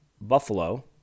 Buffalo